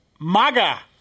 MAGA